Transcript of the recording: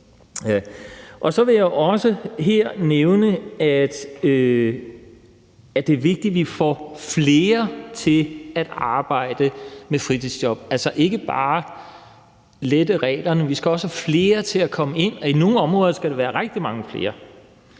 Så vil jeg også her nævne, at det er vigtigt, at vi får flere til at arbejde med fritidsjob, altså ikke bare får lettet reglerne, men også får flere til at gøre det, og i nogle områder skal det være rigtig mange flere.